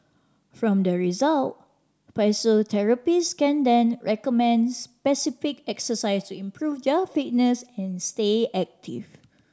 from the result physiotherapists can then recommend specific exercise to improve their fitness and stay active